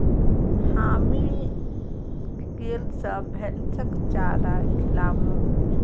हामी कैल स भैंसक चारा खिलामू